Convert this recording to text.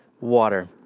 water